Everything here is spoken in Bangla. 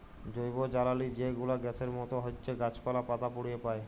জৈবজ্বালালি যে গুলা গ্যাসের মত হছ্যে গাছপালা, পাতা পুড়িয়ে পায়